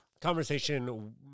conversation